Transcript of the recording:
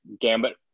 Gambit